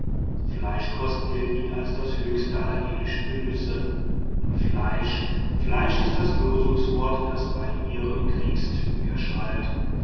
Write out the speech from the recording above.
fleischkost gilt ihnen als der höchste aller irdischen genüsse und fleisch fleisch ist das losungswort das bei ihren kriegszügen erschallt